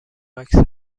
عکس